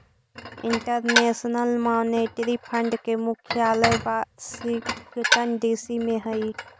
international monetary fund के मुख्यालय Washington DC में हई